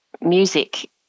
music